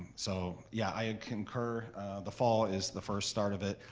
so yeah i concur the fall is the first start of it,